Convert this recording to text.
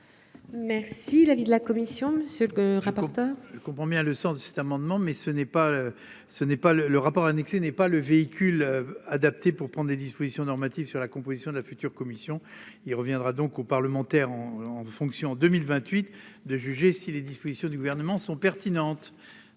Merci. L'avis de la commission. Monsieur le rapporteur. Il comprend bien le sens de cet amendement. Mais ce n'est pas ce n'est pas le le rapport annexé n'est pas le véhicule adapté pour prendre des dispositions normatives sur la composition de la future commission il reviendra donc aux parlementaires en en fonction en 2028, de juger si les dispositions du gouvernement sont pertinentes.